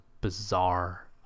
bizarre